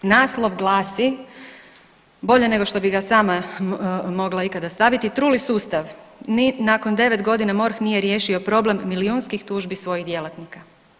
Naslov glasi bolje nego što bi ga sama mogla ikada staviti „Truli sustav“, ni nakon 9.g. MORH nije riješio problem milijunskih tužbi svojih djelatnika.